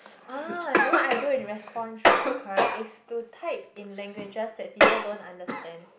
ah you know what I do in response right correct is to type in languages that people don't understand